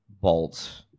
bolt